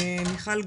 מיכל גולד,